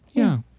yeah.